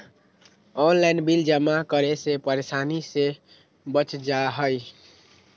Online bill जमा करे से परेशानी से बच जाहई?